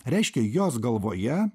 reiškia jos galvoje